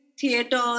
theater